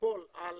מונופול על